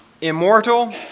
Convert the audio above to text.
immortal